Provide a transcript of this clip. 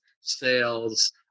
sales